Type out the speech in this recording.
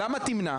למה תמנע?